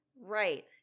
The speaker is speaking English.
right